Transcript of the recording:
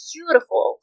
beautiful